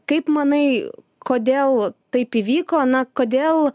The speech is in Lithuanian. kaip manai kodėl taip įvyko na kodėl